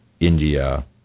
India